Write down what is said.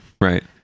right